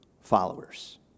followers